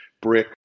Brick